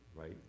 right